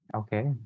okay